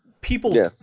people